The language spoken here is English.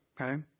Okay